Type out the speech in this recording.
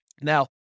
Now